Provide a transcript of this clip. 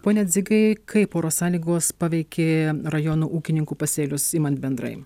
pone dzigai kaip oro sąlygos paveikė rajonų ūkininkų pasėlius imant bendrai